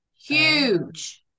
Huge